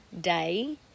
day